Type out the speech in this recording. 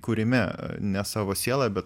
kūrime ne savo siela bet